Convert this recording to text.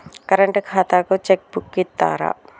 Current ఖాతాకు cheque book ఇత్తరా?